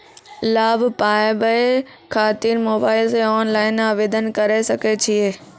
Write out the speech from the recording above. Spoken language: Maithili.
लाभ पाबय खातिर मोबाइल से ऑनलाइन आवेदन करें सकय छियै?